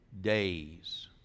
days